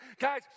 Guys